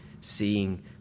seeing